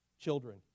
Children